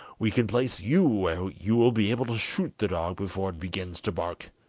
we can place you where you will be able to shoot the dog before it begins to bark,